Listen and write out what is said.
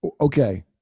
okay